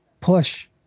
push